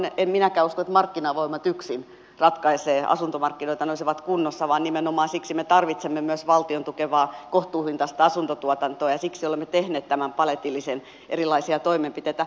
en minäkään usko että markkinavoimat yksin ratkaisevat että asuntomarkkinat olisivat kunnossa vaan nimenomaan siksi me tarvitsemme myös valtion tukemaa kohtuuhintaista asuntotuotantoa ja siksi olemme tehneet tämän paletillisen erilaisia toimenpiteitä